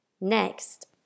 Next